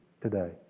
today